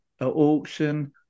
auction